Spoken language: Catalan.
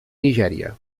nigèria